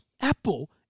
Apple